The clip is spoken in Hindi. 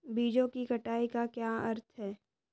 बीजों की कटाई का क्या अर्थ है?